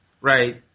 Right